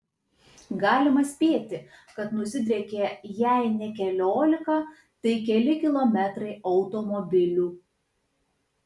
galima spėti kad nusidriekė jei ne keliolika tai keli kilometrai automobilių